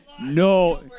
no